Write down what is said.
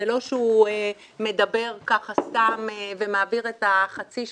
זה לא שהוא מדבר ככה סתם ומעביר את חצי השעה,